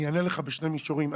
אני אענה לך בשני מישורים.